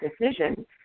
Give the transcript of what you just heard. decision